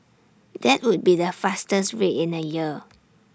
that would be the fastest rate in A year